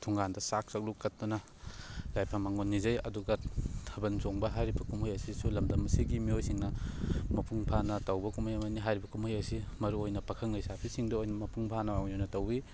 ꯊꯣꯡꯒꯥꯟꯗ ꯆꯥꯛ ꯆꯥꯛꯂꯨꯛ ꯀꯠꯇꯨꯅ ꯌꯥꯏꯐ ꯃꯪꯒꯣꯜ ꯅꯤꯖꯩ ꯑꯗꯨꯒ ꯊꯥꯕꯜ ꯆꯣꯡꯕ ꯍꯥꯏꯔꯤꯕ ꯀꯨꯝꯍꯩ ꯑꯁꯤꯁꯨ ꯂꯝꯗꯝ ꯑꯁꯤꯒꯤ ꯃꯤꯑꯣꯏꯁꯤꯡꯅ ꯃꯄꯨꯡ ꯐꯥꯅ ꯇꯧꯕ ꯀꯨꯝꯍꯩ ꯑꯃꯅꯤ ꯍꯥꯏꯔꯤꯕ ꯀꯨꯝꯍꯩ ꯑꯁꯤ ꯃꯔꯨ ꯑꯣꯏꯅ ꯄꯥꯈꯪ ꯂꯩꯁꯥꯕꯤꯁꯤꯡꯗ ꯑꯣꯏꯅ ꯃꯄꯨꯡ ꯐꯥꯅ ꯑꯣꯏꯅ ꯇꯧꯋꯤ